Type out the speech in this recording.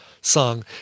song